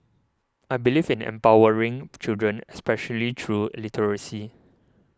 I believe in empowering children especially through literacy